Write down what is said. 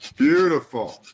Beautiful